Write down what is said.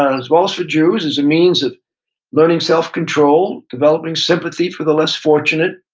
ah as well as for jews, is a means of learning self control, developing sympathy for the less fortunate,